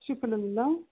شُکُر اللہ